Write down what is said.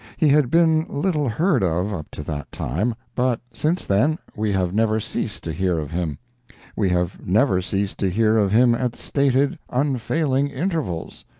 he had been little heard of up to that time, but since then we have never ceased to hear of him we have never ceased to hear of him at stated, unfailing intervals.